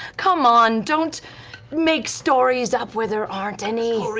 come on, don't make stories up where there aren't any.